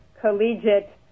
collegiate